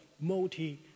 multi